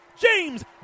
James